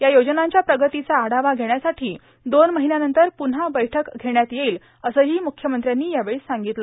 या योजनांच्या प्रगतीचा आढावा घेण्यासाठी दोन महिन्यानंतर पुन्हा बैठक घेण्यात येईल असंही मुख्यमंत्र्यांनी सांगितलं